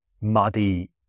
muddy